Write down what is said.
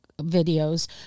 videos